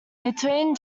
between